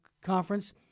conference